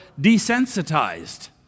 desensitized